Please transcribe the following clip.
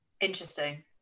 Interesting